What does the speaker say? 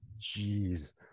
Jeez